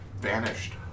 vanished